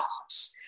office